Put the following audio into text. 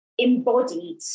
embodied